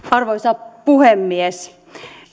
arvoisa puhemies